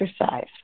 exercise